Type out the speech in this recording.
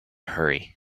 hurry